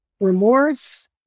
remorse